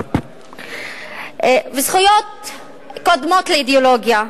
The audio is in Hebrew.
וזכויות קודמות לאידיאולוגיה.